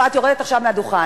לא, את יורדת עכשיו מהדוכן.